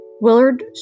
Willard